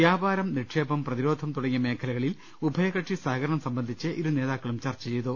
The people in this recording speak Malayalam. വ്യാപാരം നിക്ഷേ പം പ്രതിരോധം തുടങ്ങിയ മേഖലകളിൽ ഉഭയകക്ഷി സഹകരണം സംബ ന്ധിച്ച് ഇരു നേതാക്കളും ചർച്ച ചെയ്തു